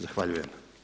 Zahvaljujem.